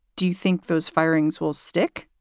do you think those firings will stick?